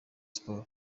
sport